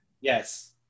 Yes